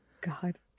God